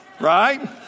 right